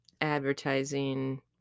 advertising